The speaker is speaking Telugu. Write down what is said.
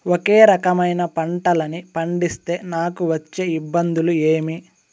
ఒకే రకమైన పంటలని పండిస్తే నాకు వచ్చే ఇబ్బందులు ఏమి?